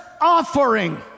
offering